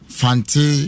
fanti